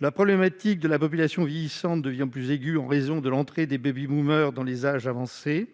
La problématique de la population vieillissante devient plus aiguë en raison de l'entrée des baby-boomer, dans les âges avancés,